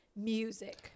music